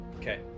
Okay